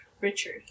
richard